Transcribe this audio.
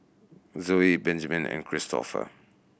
Zoey Benjiman and Kristoffer